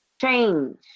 change